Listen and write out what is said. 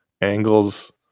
angles